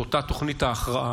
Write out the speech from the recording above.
את אותה תוכנית ההכרעה,